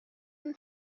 and